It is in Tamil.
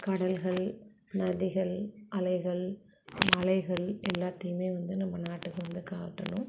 கடல்கள் நதிகள் அலைகள் மலைகள் எல்லாத்தையுமே வந்து நம்ம நாட்டுக்கு வந்து காட்டணும்